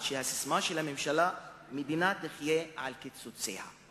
שהססמה של הממשלה היא: המדינה תחיה על קיצוציה.